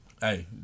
Hey